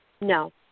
No